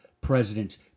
presidents